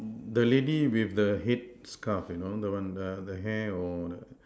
the lady with the head scarf you know the the one the hair or the